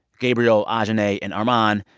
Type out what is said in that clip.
gabriel ah ajahnay and armon,